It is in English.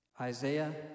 Isaiah